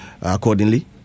accordingly